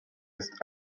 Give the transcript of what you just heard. ist